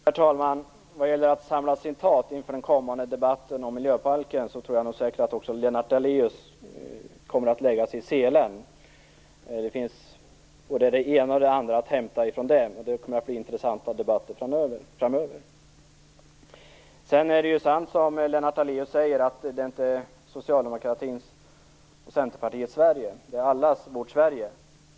Herr talman! När det gäller att samla citat inför den kommande debatten om miljöbalken, tror jag säkert att också Lennart Daléus kommer att sätta sig i selen. Det finns både det ena och det andra att hämta från miljöbalken. Det kommer att bli intressanta debatter framöver. Det är sant som Lennart Daléus säger att det inte är Socialdemokraternas och Centerns Sverige. Det är allas vårt Sverige.